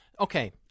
Okay